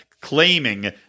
claiming